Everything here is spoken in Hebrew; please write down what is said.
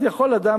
אז יכול אדם,